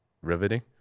Riveting